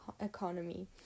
economy